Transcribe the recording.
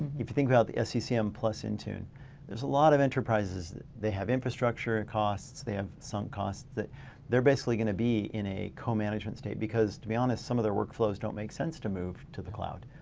if you think about the sccm plus intune there's a lot of enterprises, they have infrastructure ah costs, they have some cost that they're basically gonna be in a co-management state because to be honest some of their workflows don't make sense to move to the cloud.